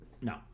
No